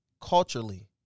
culturally